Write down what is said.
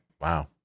Wow